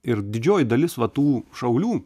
ir didžioji dalis va tų šaulių